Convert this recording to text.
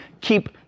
keep